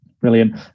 Brilliant